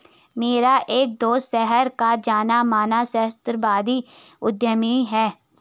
मेरा एक दोस्त शहर का जाना माना सहस्त्राब्दी उद्यमी है